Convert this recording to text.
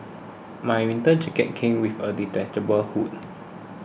my winter jacket came with a detachable hood